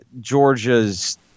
Georgia's